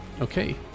Okay